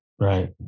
right